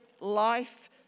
life